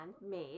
handmade